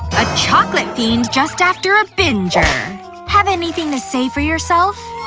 a chocolate fiend just after a binger. have anything to say for yourself?